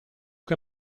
che